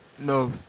no,